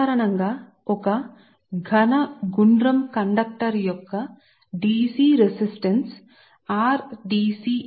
సాధారణంగా మనం ఉంచిన సాలిడ్ ఘన రౌండ్ కండక్టర్ యొక్క dc రెసిస్టన్స్ ఇవ్వబడింది